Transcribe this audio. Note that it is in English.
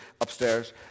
upstairs